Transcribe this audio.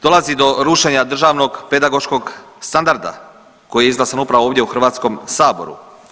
Dolazi do rušenja državnog pedagoškog standarda koji je izglasan upravo ovdje u Hrvatskom saboru.